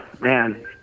man